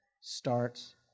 starts